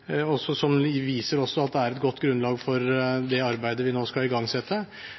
som viser at det er et godt grunnlag for det arbeidet vi nå skal igangsette.